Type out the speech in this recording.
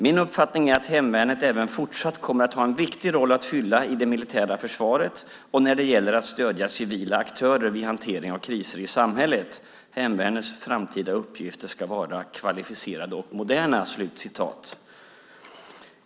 "Min uppfattning är att hemvärnet även fortsatt kommer att ha en viktig roll att fylla i det militära försvaret och när det gäller att stödja civila aktörer vid hantering av kriser i samhället. Hemvärnets framtida uppgifter ska vara kvalificerade och moderna."